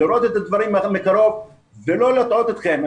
לראות את הדברים מקרוב ולא להטעות אתכם.